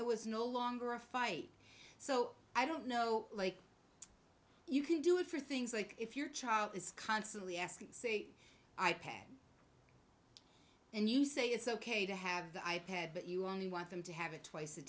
it was no longer a fight so i don't know like you can do it for things like if your child is constantly asking say i pad and you say it's ok to have the i pad but you only want them to have it twice a